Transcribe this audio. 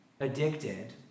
addicted